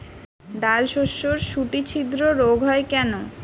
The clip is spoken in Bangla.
ডালশস্যর শুটি ছিদ্র রোগ হয় কেন?